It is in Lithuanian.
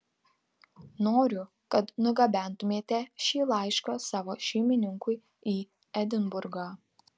noriu kad nugabentumėte šį laišką savo šeimininkui į edinburgą